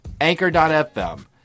Anchor.fm